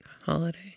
holiday